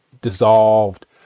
dissolved